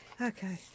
Okay